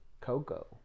Coco